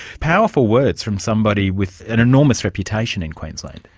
powerful words from somebody with an enormous reputation in queensland.